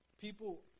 People